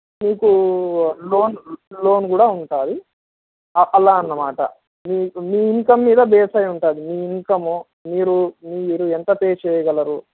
మీకు loan loan కూడా ఉంటుంది అలా అన్నమాట మీకు మీ ఇన్కమ్ మీద బేస్ అయ్యి ఉంటుంది మీ ఇన్కమ్ మీరు మీరు ఎంత పే చెయ్యగలరు